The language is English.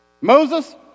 Moses